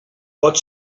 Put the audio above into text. pot